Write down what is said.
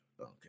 Okay